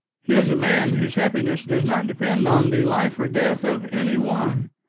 he is a man whose happiness does not depend on the life or death of any one.